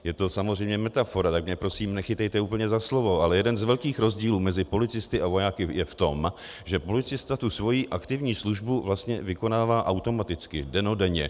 Je to samozřejmě metafora, tak mě prosím nechytejte úplně za slovo, ale jeden z velkých rozdílů mezi policisty a vojáky je v tom, že policista svoji aktivní službu vlastně vykonává automaticky, dennodenně.